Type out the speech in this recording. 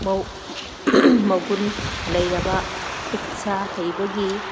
ꯃꯒꯨꯟ ꯂꯩꯔꯕ ꯈꯨꯠ ꯁꯥ ꯍꯩꯕꯒꯤ